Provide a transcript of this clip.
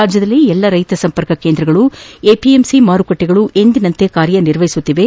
ರಾಜ್ಯದಲ್ಲಿ ಎಲ್ಲ ರೈತ ಸಂಪರ್ಕ ಕೇಂದ್ರಗಳು ಎಪಿಎಂಸಿ ಮಾರುಕಟ್ಟಿಗಳು ಎಂದಿನಂತೆ ಕೆಲಸ ನಿರ್ವಹಿಸುತ್ತಿವೆ